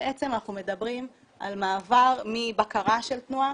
בעצם אנחנו מדברים על מעבר מבקרה של תנועה,